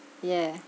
yeah